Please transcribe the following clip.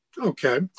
Okay